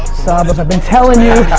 saba, i've been telling you.